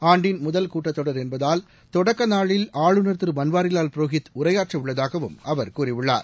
ஆண்டின் முதல் கூட்டத்தொடர் என்பதால் தொடக்க நாளில் ஆளுநர் திரு பன்வாரிலால் புரோஹித் உரையாற்ற உள்ளதாகவும் அவர் கூறியுள்ளார்